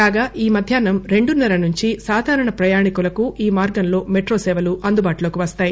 కాగా ఈ మధ్యాహ్నం రెండున్న ర నుంచి సాధారణ ప్రయాణికులకు ఈ మార్గంలో మెట్రో సేవలు అందుబాటులోకి వస్తాయి